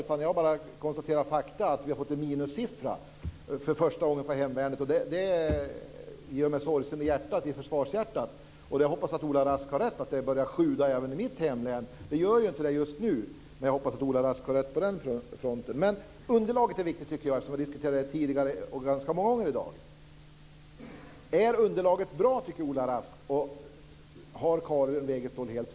Jag konstaterar bara fakta, att vi för första gången har fått en minussiffra för hemvärnet. Det gör mig sorgsen i mitt försvarshjärta. Jag hoppas att Ola Rask har rätt, så att det börjar sjuda även i mitt hemlän. Det gör inte det just nu, men jag hoppas att Ola Rask får rätt på den punkten. Underlaget, som vi har diskuterat tidigare och ganska många gånger i dag, tycker jag är viktigt. Tycker Ola Rask att underlaget är bra?